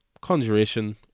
conjuration